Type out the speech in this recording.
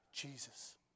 Jesus